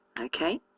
Okay